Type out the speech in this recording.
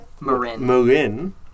Marin